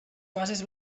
fases